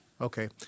Okay